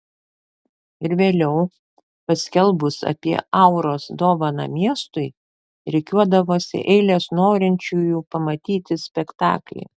ir vėliau paskelbus apie auros dovaną miestui rikiuodavosi eilės norinčiųjų pamatyti spektaklį